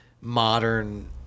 Modern